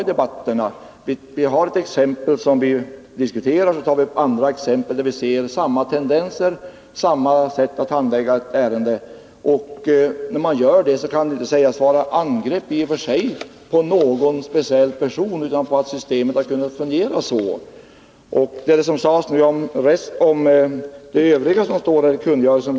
Vi diskuterar ofta ett exempel och tar sedan upp andra exempel där vi ser samma tendenser, samma sätt att handlägga ett ärende. Om man gör så, kan det inte tolkas som angrepp på någon speciell person. Det är i stället en belysning av hur systemet kan fungera. Det var intressant att få höra det övriga som stod i kungörelsen.